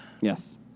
Yes